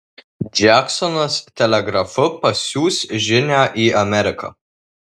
džeksonas telegrafu pasiųs žinią į ameriką